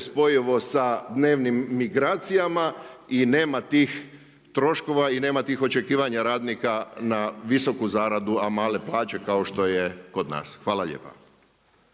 spojivo sa dnevnim migracijama i nema tih troškova i nema tih očekivanja radnika na visoku zaradu a male plaće kao što je kod nas. Hvala lijepa.